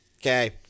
okay